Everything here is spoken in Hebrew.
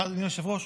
אדוני היושב-ראש,